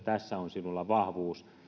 tässä on sinulla vahvuus